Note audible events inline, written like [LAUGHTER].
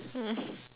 mm [BREATH]